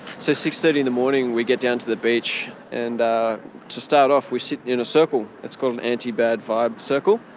so, six. thirty in the morning we get down to the beach. and to start off we sit in a circle, it's called an anti-bad-vibe circle,